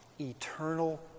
eternal